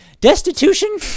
destitution